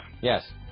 Yes